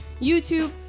YouTube